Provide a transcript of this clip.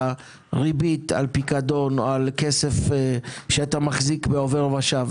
ריבית על פיקדו או על כסף שאתה מחזיק בעו"ש?